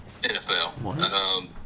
NFL